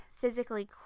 physically